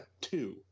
two